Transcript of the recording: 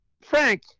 Frank